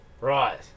Right